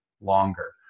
longer